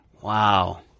Wow